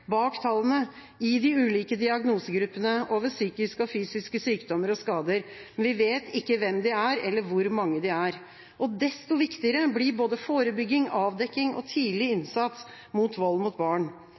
bak tallene, i de ulike diagnosegruppene over psykiske og fysiske sykdommer og skader, men vi vet ikke hvem de er, eller hvor mange de er. Desto viktigere blir både forebygging, avdekking og tidlig innsats mot vold mot barn.